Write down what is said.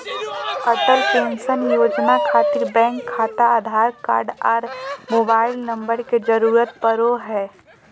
Atal pension योजना खातिर bank खाता आधार कार्ड आर मोबाइल नम्बर के जरूरत परो हय